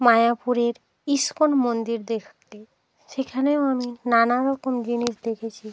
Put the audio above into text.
মায়াপুরের ইস্কন মন্দির দেখতে সেখানেও আমি নানা রকম জিনিস দেখেছি